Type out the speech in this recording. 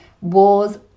Wars